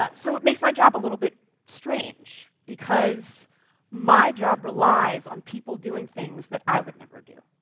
ah so it makes my job a little bit strange, because my job relies on people doing things that i would never do.